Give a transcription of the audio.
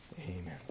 Amen